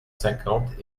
cinquante